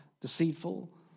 deceitful